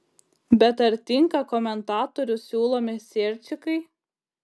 bet ar tinka komentatorių siūlomi sierčikai